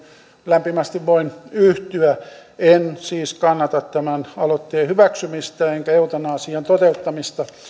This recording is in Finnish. lämpimästi voin yhtyä en siis kannata tämän aloitteen hyväksymistä enkä eutanasian toteuttamista